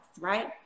right